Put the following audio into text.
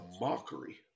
mockery